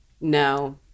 No